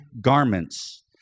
garments